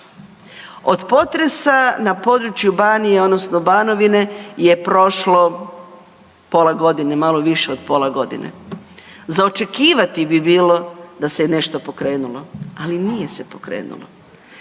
Od potresa na području Banije, odnosno Banovine je prošlo pola godine, malo više od pola godine. Za očekivati bi bilo da se je nešto pokrenulo, ali nije se pokrenulo.